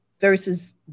versus